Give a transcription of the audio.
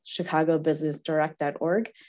ChicagoBusinessDirect.org